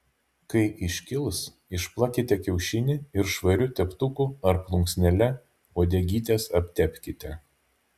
kai iškils išplakite kiaušinį ir švariu teptuku ar plunksnele uodegytes aptepkite